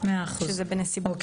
שזה בנסיבות.